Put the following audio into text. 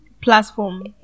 platform